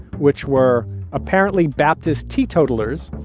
which were apparently baptist teetotallers,